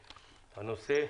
הנושא: